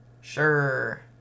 Sure